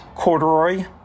corduroy